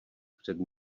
před